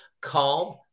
calm